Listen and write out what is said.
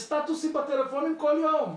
יש סטטוסים בטלפונים כל יום,